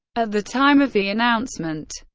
at the time of the announcement,